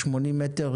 80 מטר,